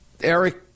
Eric